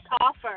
offer